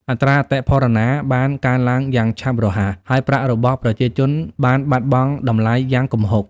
អត្រាអតិផរណាបានកើនឡើងយ៉ាងឆាប់រហ័ស ហើយប្រាក់របស់ប្រជាជនបានបាត់បង់តម្លៃយ៉ាងគំហុក។